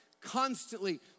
constantly